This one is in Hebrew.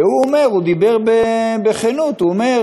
והוא אומר, הוא דיבר בכנות, הוא אומר